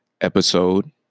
episode